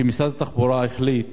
שמשרד התחבורה החליט,